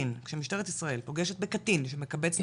כשמשטרת ישראל פוגשת בקטין שמקבץ נדבות,